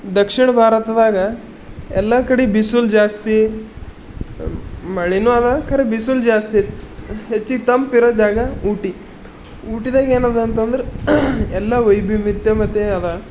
ದಕ್ಷಿಣ ಭಾರತದಾಗ ಎಲ್ಲ ಕಡೆ ಬಿಸಿಲು ಜಾಸ್ತಿ ಮಳೆನೂ ಅದ ಖರೇ ಬಿಸಿಲು ಜಾಸ್ತಿ ಐತಿ ಹೆಚ್ಚಿಗೆ ತಂಪಿರೋ ಜಾಗ ಊಟಿ ಊಟಿದಾಗ ಏನದ ಅಂತಂದ್ರೆ ಎಲ್ಲ ವೈವಿಧ್ಯಮತೆ ಅದ